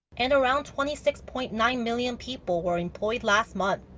and around twenty six point nine million people were employed last month.